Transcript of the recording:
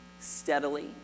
steadily